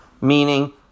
meaning